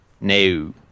No